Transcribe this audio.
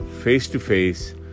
face-to-face